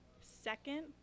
second